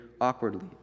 awkwardly